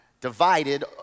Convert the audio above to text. divided